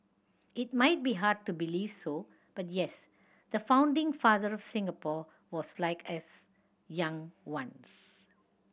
it might be hard to believe so but yes the founding father Singapore was like us young once